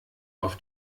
auf